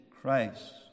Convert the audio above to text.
Christ